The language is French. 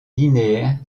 linéaires